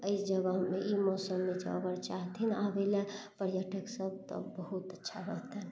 अइ जगह मे ई मौसम मे जे अगर चाहथिन आबै लऽ पर्यटक सब तऽ बहुत अच्छा रहतैन